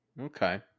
Okay